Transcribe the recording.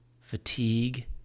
fatigue